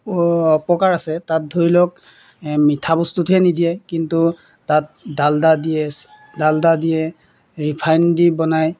অ' অপকাৰ আছে তাত ধৰি লওক মিঠা বস্তুটোহে নিদিয়ে কিন্তু তাত ডালদা দিয়ে চে ডালদা দিয়ে ৰিফাইন দি বনায়